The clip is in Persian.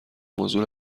موضوع